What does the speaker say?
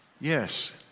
Yes